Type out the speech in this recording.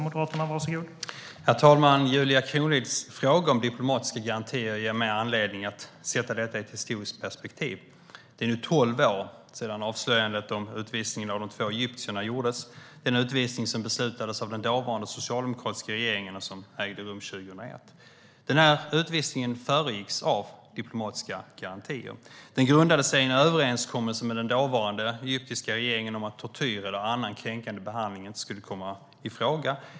Herr talman! Julia Kronlids fråga om diplomatiska garantier ger mig anledning att sätta detta i ett historiskt perspektiv. Det är nu tolv år sedan avslöjandet om utvisningen av de två egyptierna gjordes, en utvisning som beslutades av den dåvarande socialdemokratiska regeringen och ägde rum 2001. Den utvisningen föregicks av diplomatiska garantier. Den grundades i en överenskommelse med den dåvarande egyptiska regeringen om att tortyr eller annan kränkande behandling inte skulle komma i fråga.